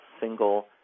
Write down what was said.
single